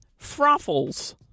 Froffles